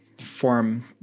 form